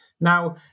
Now